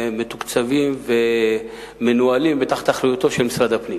מתוקצבות ומנוהלות תחת אחריותו של משרד הפנים.